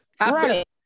right